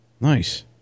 Nice